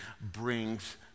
brings